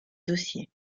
dossier